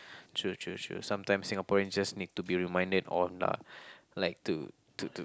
true true true sometimes Singaporean just need to be reminded on uh like to to to